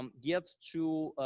um get to